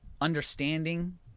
understanding